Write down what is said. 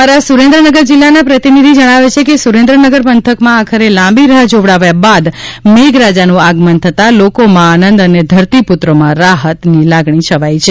અમારા સુરેન્દ્રનગર જિલ્લાના પ્રતિનિધિ જણાવે છે કે સુરેન્દ્રનગર પંથકમાં આખરે લાંબી રાહ જોવડાવ્યા બાદ મેઘરાજાનું આગમન થતાં લોકોમાં આનંદ અને ધરતીપુત્રોમાં રાહતની લાગણી છવાઇ છે